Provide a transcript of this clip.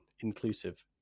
inclusive